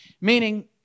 Meaning